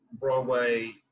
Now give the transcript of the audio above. Broadway